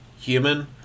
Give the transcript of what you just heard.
human